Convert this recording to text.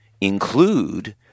include